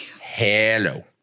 Hello